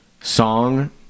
song